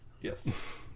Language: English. Yes